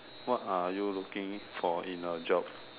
what are you looking for in a job